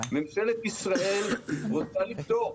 ממשלת ישראל רוצה לפתור.